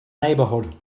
neighborhood